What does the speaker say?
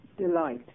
delight